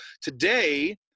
today